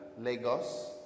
Lagos